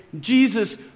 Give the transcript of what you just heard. Jesus